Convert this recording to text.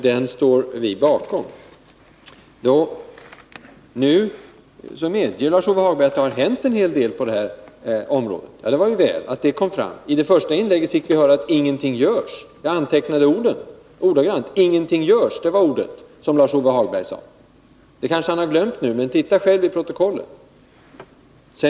Detta står vi bakom. Nu medger Lars-Ove Hagberg att det har hänt en hel del på detta område. Det var ju väl att det kom fram. I det första inlägget fick vi höra att ingenting görs — jag antecknade ordagrant vad Lars-Ove Hagberg sade. Det kanske han har glömt nu, men han kan titta själv i protokollet.